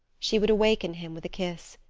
she would awaken him with a kiss.